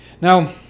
Now